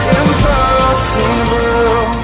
impossible